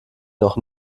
noch